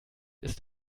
ist